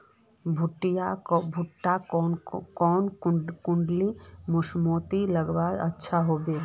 भुट्टा कौन कुंडा मोसमोत लगले अच्छा होबे?